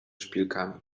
szpilkami